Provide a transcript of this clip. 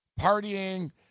partying